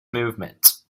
movements